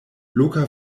loka